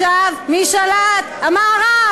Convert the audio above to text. מי שלט במדינה 30 שנה?